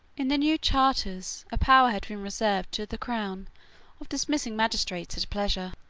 in the new charters a power had been reserved to the crown of dismissing magistrates at pleasure.